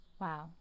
Wow